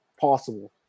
Possible